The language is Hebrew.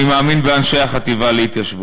אני מאמין באנשי החטיבה להתיישבות.